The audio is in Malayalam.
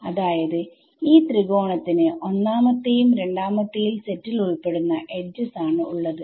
അതായത് ഈ ത്രികോണത്തിന് ഒന്നാമത്തെയും രണ്ടാമത്തെയും സെറ്റിൽ ഉൾപ്പെടുന്ന എഡ്ജസ് ആണ് ഉള്ളത്